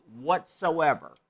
whatsoever